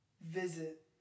visit